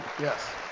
Yes